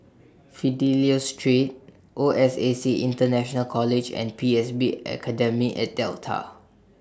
Fidelio Street O S A C International College and P S B Academy At Delta